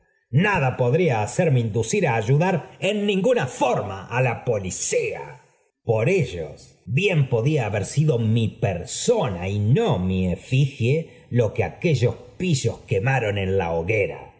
nada podría inducirme á ayudar en ningu na forma á la policía por ellos bien podía haber sido mi persona y no mi efigie lo que aquellos pi líos quemaron en la hoguera